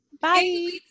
Bye